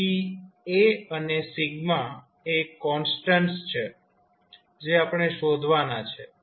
તેથી A અને એ કોન્સ્ટન્ટ છે જે આપણે શોધવાના છે